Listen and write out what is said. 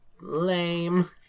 Lame